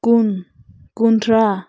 ꯀꯨꯟ ꯀꯨꯟꯊ꯭ꯔꯥ